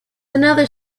another